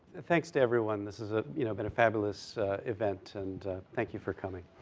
thanks to everyone, this is a, you know, been a fabulous event, and thank you for coming.